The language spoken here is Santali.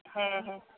ᱦᱮᱸ ᱦᱮᱸ